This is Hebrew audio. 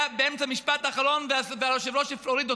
באמצע משפט אחרון והיושב-ראש הוריד אותו.